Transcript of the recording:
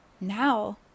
now